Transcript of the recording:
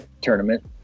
Tournament